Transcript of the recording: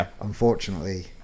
Unfortunately